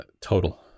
total